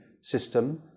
system